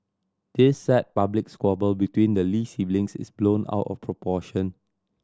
this sad public squabble between the Lee siblings is blown out of proportion